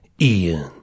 Ian